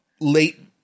late